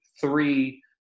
three